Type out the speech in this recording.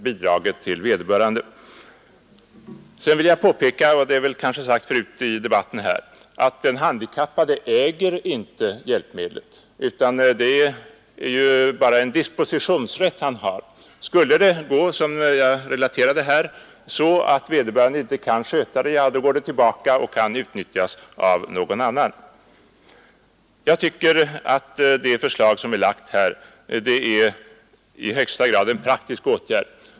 Jag vill också påpeka — vilket kanske sagts förut i debatten — att den handikappade inte äger hjälpmedlet. Det är bara en dispositionsrätt han har. Skulle det gå så som jag relaterade här, att vederbörande inte kan sköta det, går det tillbaka och kan utnyttjas av någon annan. Jag tycker alltså att det förslag som här är lagt i högsta grad innebär en praktisk åtgärd.